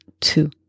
two